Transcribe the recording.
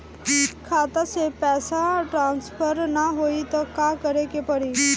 खाता से पैसा टॉसफर ना होई त का करे के पड़ी?